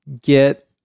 get